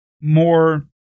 more